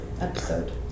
episode